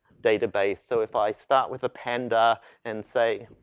database. so, if i start with a panda and say